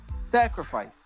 sacrifice